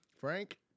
Frank